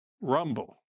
rumble